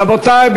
רבותי,